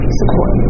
support